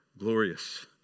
Glorious